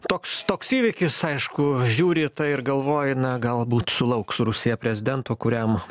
toks toks įvykis aišku žiūri tai ir galvoji na galbūt sulauks rusija prezidento kuriam